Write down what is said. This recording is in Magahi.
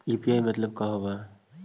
यु.पी.आई मतलब का होब हइ?